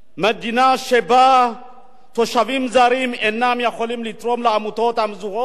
מדינה שבה תושבים זרים אינם יכולים לתרום לעמותות המזוהות